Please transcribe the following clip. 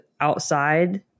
outside